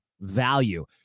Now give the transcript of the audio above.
value